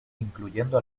incluyendo